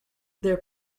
their